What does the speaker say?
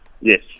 Yes